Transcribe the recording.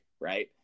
right